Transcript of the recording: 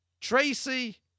Tracy